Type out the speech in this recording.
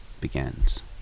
begins